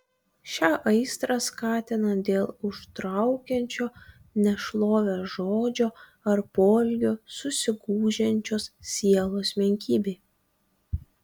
šią aistrą skatina dėl užtraukiančio nešlovę žodžio ar poelgio susigūžiančios sielos menkybė